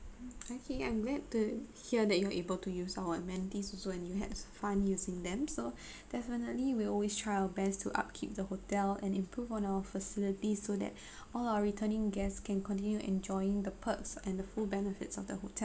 okay I'm glad to hear that you are able to use our amenities also and you had fun using them so definitely will always try our best to upkeep the hotel and improve on our facility so that all our returning guests can continue enjoying the perks and the full benefits of the hotel